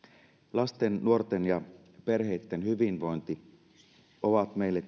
lasten hyvinvointi nuorten hyvinvointi ja perheitten hyvinvointi ovat meille